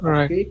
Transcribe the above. Right